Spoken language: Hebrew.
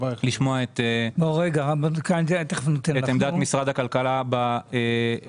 אנחנו מחכים לשמוע את עמדת משרד הכלכלה בנושא.